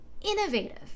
innovative